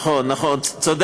נכון, הרב